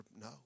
No